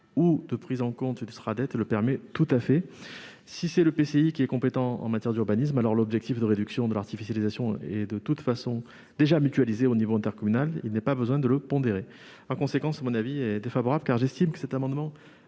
ou de prise en compte du Sraddet le permet tout à fait. Si c'est l'EPCI qui est compétent en matière d'urbanisme, alors l'objectif de réduction de l'artificialisation est de toute façon déjà mutualisé à l'échelon intercommunal. Il n'est donc pas besoin de le pondérer. En conséquence, la commission a émis un avis défavorable sur cet amendement.